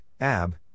Ab